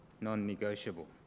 non-negotiable